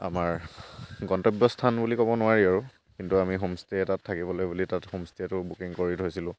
আমাৰ গন্তব্য স্থান বুলি ক'ব নোৱাৰি আৰু কিন্তু আমি হোমষ্টে এটা থাকিবলৈ বুলি তাত হোমষ্টেটো বুকিং কৰি থৈছিলোঁ